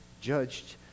judged